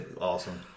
awesome